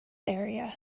area